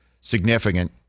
significant